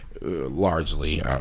largely